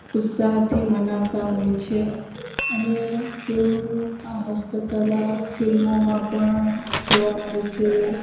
ઉત્સાહથી મનાવતા હોય છે અને તેઓનું આ હસ્તકલા ફિલ્મોમાં પણ જોવા મળે છે